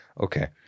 okay